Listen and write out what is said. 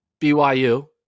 BYU